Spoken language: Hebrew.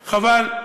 חבל.